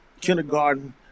kindergarten